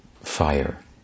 fire